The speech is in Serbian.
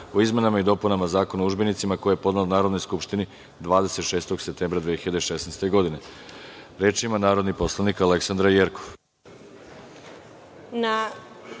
o izmenama i dopunama Zakona o udžbenicima, koji je podnela Narodnoj skupštini 26. septembra 2016. godine. Reč ima narodni poslanik Aleksandra Jerkov.